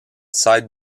side